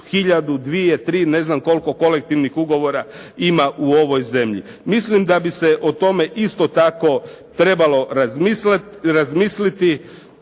hiljadu, dvije, tri, ne znam koliko kolektivnih ugovora ima u ovoj zemlji? Mislim da bi se o tome isto tako trebalo razmisliti.